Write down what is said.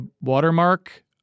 watermark